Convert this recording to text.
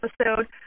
episode